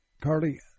Carly